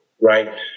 right